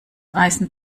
eisen